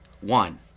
one